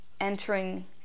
entering